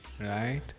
Right